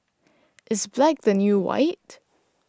is black the new white